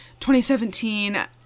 2017